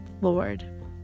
Lord